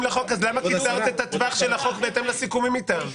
לחוק אז למה קיצרת את טווח החוק בהתאם לסיכומים איתם?